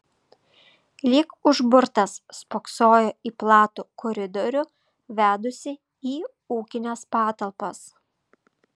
lyg užburtas spoksojo į platų koridorių vedusį į ūkines patalpas